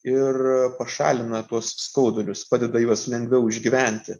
ir pašalina tuos skaudulius padeda juos lengviau išgyventi